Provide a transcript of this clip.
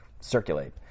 circulate